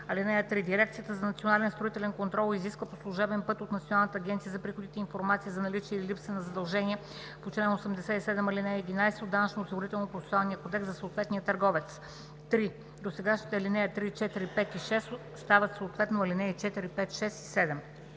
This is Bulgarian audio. ал. 3: „(3) Дирекцията за национален строителен контрол изисква по служебен път от Националната агенция за приходите информация за наличие или липса на задължения по чл. 87, ал. 11 от Данъчно-осигурителния процесуален кодекс за съответния търговец.“ 3. Досегашните ал. 3, 4, 5 и 6 стават съответно ал. 4, 5, 6 и 7.“